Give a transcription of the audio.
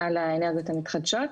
האנרגיות המתחדשות,